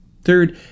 Third